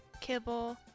Kibble